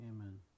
Amen